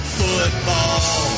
football